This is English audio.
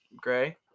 gray